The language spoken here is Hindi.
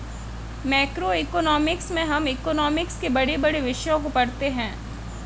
मैक्रोइकॉनॉमिक्स में हम इकोनॉमिक्स के बड़े बड़े विषयों को पढ़ते हैं